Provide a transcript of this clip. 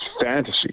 fantasy